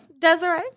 Desiree